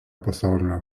pasaulinio